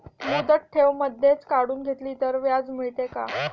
मुदत ठेव मधेच काढून घेतली तर व्याज मिळते का?